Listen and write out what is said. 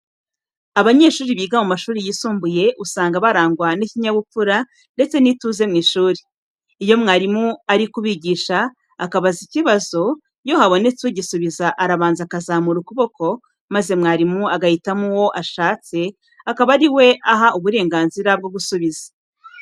Abanyeshuri biga mu mashuri yisumbuye, usanga barangwa n'ikinyabupfura ndetse n'ituze mu ishuri. Iyo mwarimu ari kubigisha, akabaza ikibazo, iyo habonetse ugisubiza arabanza akazamura ukuboko maze mwarimu agahitamo uwo ashatse akaba ari we aha uburenganzira bwo gusubiza.